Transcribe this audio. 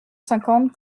cinquante